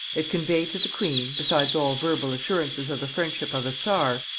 it conveyed to the queen, besides all verbal assurances of the friendship of the czar,